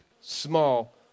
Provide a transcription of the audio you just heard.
small